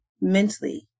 mentally